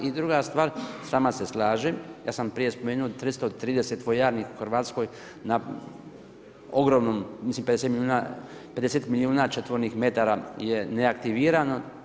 I druga stvar, s vama se slažem, ja sam prije spomenuo 330 vojarni u Hrvatskoj na ogromnom, mislim 50 milijuna četvornih metara je neaktivirano.